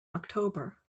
october